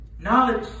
knowledge